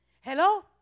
Hello